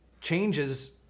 changes